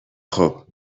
خوب